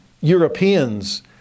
Europeans